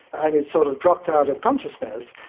and it sort of dropped out of consciousness,